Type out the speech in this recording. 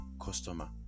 customer